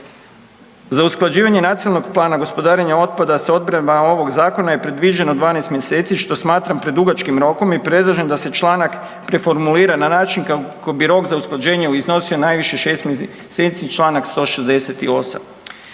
Za usklađivanje Nacionalnog plana gospodarenja otpada sa odredbama ovog zakona je predviđeno 12 mjeseci što smatram predugačkim rokom i predlažem da se članak preformulira na način kako bi rok za usklađenje iznosio najviše 6 mjeseci čl. 168.